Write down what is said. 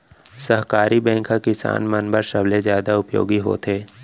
सहकारी बैंक ह किसान मन बर सबले जादा उपयोगी होथे